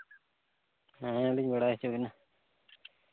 ᱦᱮᱸ ᱞᱤᱧ ᱵᱟᱲᱟᱭ ᱦᱚᱪᱚ ᱵᱤᱱᱟ